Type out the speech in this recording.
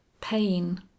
Pain